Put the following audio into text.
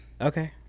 Okay